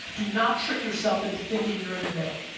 do not trick yourself into thinking you're in the middle.